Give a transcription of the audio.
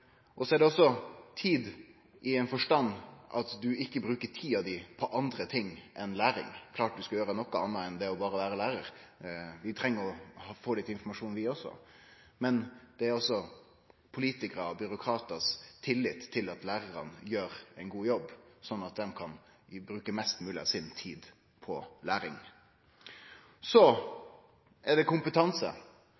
og slett. Så er det også tid i den forstand at ein ikkje bruker tida si på andre ting enn læring. Det er klart at ein skal gjere noko anna enn berre å vere lærar, ein treng også å få litt informasjon, men politikarane og byråkratane må ha tillit til at lærarane gjer ein god jobb, slik at dei kan bruke mest mogleg av tida si på læring. Så